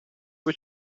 due